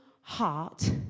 heart